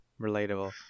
Relatable